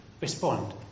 respond